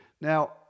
Now